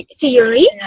theory